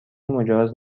مجاز